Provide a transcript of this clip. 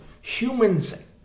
Humans